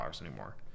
anymore